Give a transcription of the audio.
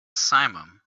simum